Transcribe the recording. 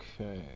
Okay